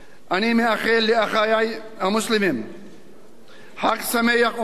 אני מאחל לאחי המוסלמים חג שמח ומבורך,